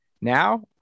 now